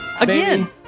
Again